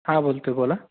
हा बोलतो बोला